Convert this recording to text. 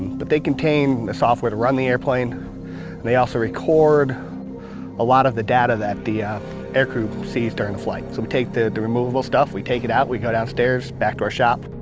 but they contain the software to run the airplane and they also record a lot of the data that the ah air crew sees during the flight. so we take the the removable stuff, we take it out, we go downstairs, back to our shop.